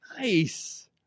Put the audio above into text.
Nice